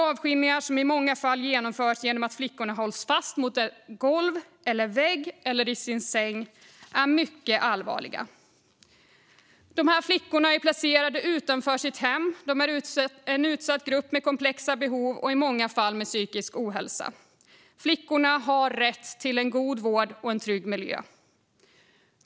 Avskiljningar genomförs i många fall genom att flickorna hålls fast mot ett golv, mot en vägg eller i sin säng, vilket är mycket allvarligt. De här flickorna är placerade utanför sitt eget hem. De utgör en utsatt grupp med komplexa behov och i många fall psykisk ohälsa. Flickorna har rätt till en god vård och en trygg miljö.